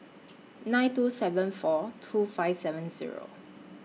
nine two seven four two five seven Zero